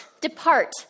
depart